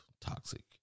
toxic